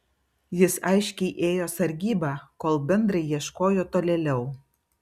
jis aiškiai ėjo sargybą kol bendrai ieškojo tolėliau